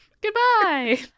goodbye